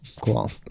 Cool